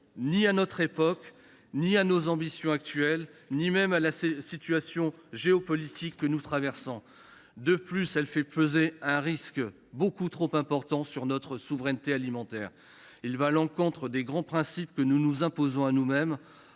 ni à notre époque, ni à nos ambitions actuelles, ni même à la situation géopolitique à laquelle nous sommes confrontés. De plus, il fait peser un risque beaucoup trop important sur notre souveraineté alimentaire. Il va à l’encontre des grands principes que nous nous imposons à nous mêmes.